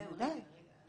בוודאי.